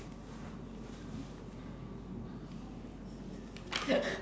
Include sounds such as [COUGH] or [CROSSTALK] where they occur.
[LAUGHS]